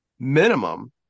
Minimum